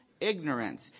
ignorance